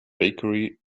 bakery